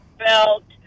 belt